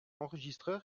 enregistreur